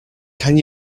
can